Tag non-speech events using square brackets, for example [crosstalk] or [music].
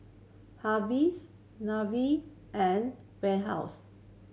[unintelligible] Nivea and Warehouse